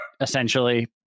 essentially